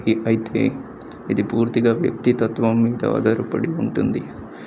అయితే ఇది పూర్తిగా వ్యక్తిత్వం మీద ఆధారపడి ఉంటుంది